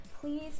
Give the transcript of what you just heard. please